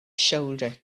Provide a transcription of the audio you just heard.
shoulder